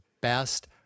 best